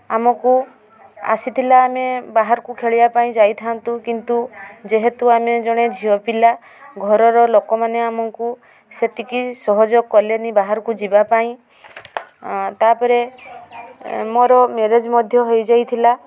ଆମକୁ ଆସିଥିଲା ଆମେ ବାହାରକୁ ଖେଳିବା ପାଇଁ ଯାଇଥାନ୍ତୁ କିନ୍ତୁ ଯେହେତୁ ଆମେ ଜଣେ ଝିଅପିଲା ଘରର ଲୋକମାନେ ଆମକୁ ସେତିକି ସହଯୋଗ କଲେନି ବାହାରକୁ ଯିବା ପାଇଁ ତାପରେ ମୋର ମ୍ୟାରେଜ୍ ମଧ୍ୟ ହୋଇଯାଇଥିଲା